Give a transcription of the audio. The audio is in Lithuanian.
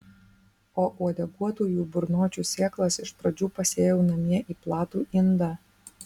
o uodeguotųjų burnočių sėklas iš pradžių pasėjau namie į platų indą